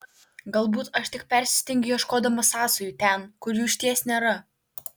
galbūt aš tik persistengiu ieškodama sąsajų ten kur jų išties nėra